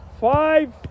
five